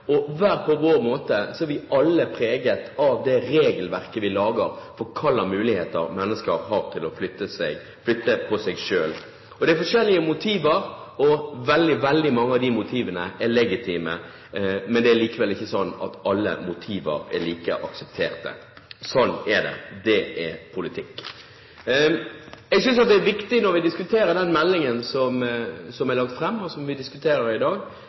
og hver på vår måte er vi alle preget av det regelverket vi lager for hva slags muligheter mennesker har til å flytte på seg. Det er forskjellige motiver, og veldig mange av de motivene er legitime, men det er likevel ikke slik at alle motiver er like aksepterte. Slik er det. Det er politikk. Jeg synes det er viktig når vi diskuterer den meldingen som er lagt fram, og som vi diskuterer i dag,